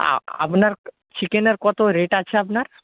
আপনার চিকেনের কত রেট আছে আপনার